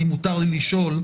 אם מותר לי לפרש,